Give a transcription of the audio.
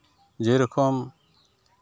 ᱡᱮᱨᱚᱠᱚᱢ